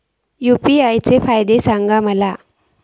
UPI चे फायदे सांगा माका?